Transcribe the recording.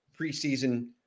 preseason